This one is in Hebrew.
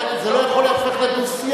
רק זה לא יכול ליהפך לדו-שיח,